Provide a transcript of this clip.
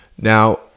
Now